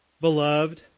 beloved